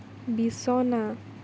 বিছনা